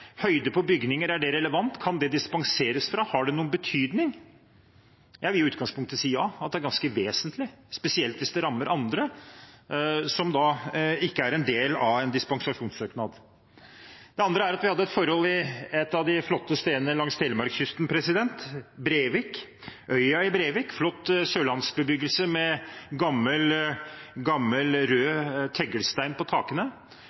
høyde på bygninger, er det relevant? Kan det dispenseres fra, har det noen betydning? Jeg vil i utgangspunktet si ja, at det er ganske vesentlig, spesielt hvis det rammer andre, som da ikke er en del av en dispensasjonssøknad. Et annet eksempel hadde vi i et av de flotte stedene langs Telemarks-kysten, Brevik, Øya i Brevik, flott sørlandsbebyggelse med gammel rød teglstein på takene,